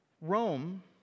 Rome